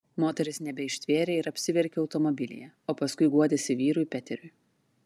moteris nebeištvėrė ir apsiverkė automobilyje o paskui guodėsi vyrui peteriui